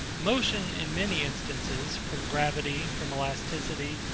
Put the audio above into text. motion, in many instances, from gravity, from elasticity,